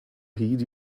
heed